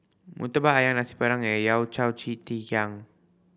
Murtabak Ayam Nasi Padang and yao ji